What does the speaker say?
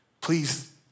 please